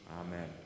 Amen